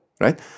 right